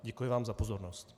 Děkuji vám za pozornost.